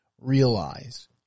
realize